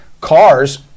cars